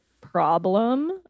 problem